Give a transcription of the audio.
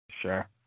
Sure